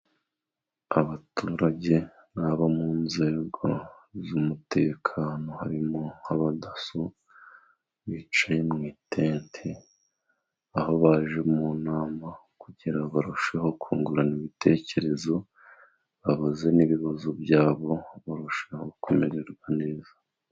Abaturage n'abo mu nzego z'umutekano harimo nk'abadaso bicaye mutente aho baje mu nama kugira barusheho kungurana ibitekerezo bahuze n'ibibazo byabo barushaho kumererwa neza.